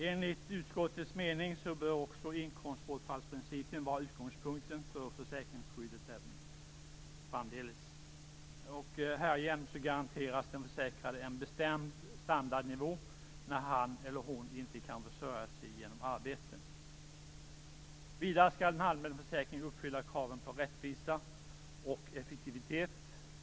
Enligt utskottets mening bör också inkomstbortfallsprincipen vara utgångspunkten för försäkringsskyddet även framdeles. Härigenom garanteras den försäkrade en bestämd standardnivå när han eller hon inte kan försörja sig genom arbete. Vidare skall en allmän försäkring uppfylla kraven på rättvisa och effektivitet.